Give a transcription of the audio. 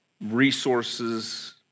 resources